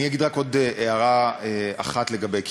אני אגיד רק עוד הערה אחת לגבי זה,